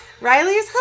Riley's